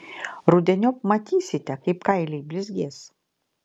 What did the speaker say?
rudeniop matysite kaip kailiai blizgės